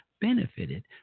benefited